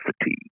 fatigue